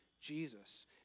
Jesus